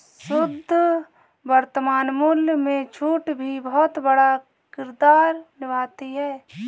शुद्ध वर्तमान मूल्य में छूट भी बहुत बड़ा किरदार निभाती है